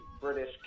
British